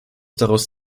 daraus